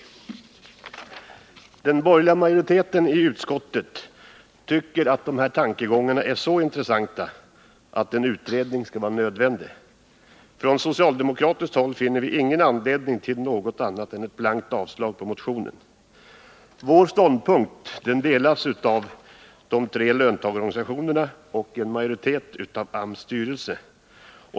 Den borgerliga majoriteten i utskottet tycker att de här tankegångarna är så intressanta att en utredning är nödvändig. Från socialdemokratiskt håll finner vi ingen anledning till något annat än ett blankt avslag på motionen. Vår ståndpunkt delas av de tre löntagarorganisationerna och en majoritet av AMS styrelse.